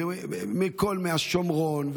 מהשומרון,